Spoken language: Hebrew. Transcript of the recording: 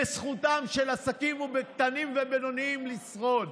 בזכותם של עסקים קטנים ובינוניים לשרוד.